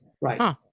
Right